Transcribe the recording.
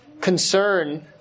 concern